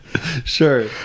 Sure